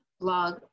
blog